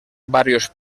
varios